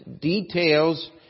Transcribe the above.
details